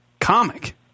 comic